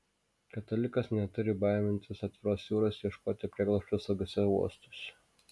katalikas neturi baimintis atviros jūros ieškoti prieglobsčio saugiuose uostuose